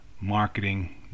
marketing